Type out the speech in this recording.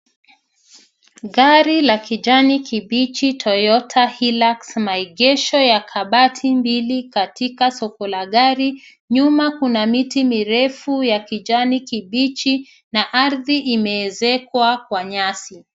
Gari la kijani kibichi Toyota Hilux maegesho ya kabati mbili katika soko la gari. Nyuma kuna miti mirefu ya kijani kibichi na ardhi imeezekwa kwa nyasi.